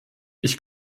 ich